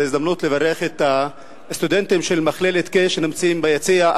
זאת הזדמנות לברך את הסטודנטים של מכללת "קיי" שנמצאים ביציע,